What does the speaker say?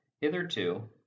hitherto